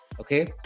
Okay